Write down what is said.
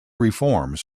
reforms